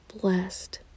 blessed